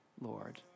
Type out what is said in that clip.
Lord